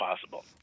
possible